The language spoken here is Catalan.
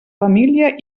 família